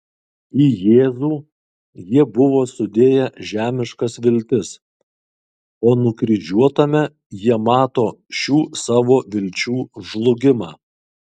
į jėzų jie buvo sudėję žemiškas viltis o nukryžiuotame jie mato šių savo vilčių žlugimą